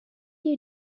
you